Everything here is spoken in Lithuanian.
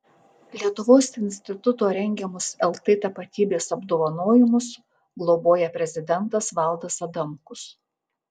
lietuvos instituto rengiamus lt tapatybės apdovanojimus globoja prezidentas valdas adamkus